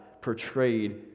portrayed